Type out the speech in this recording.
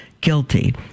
guilty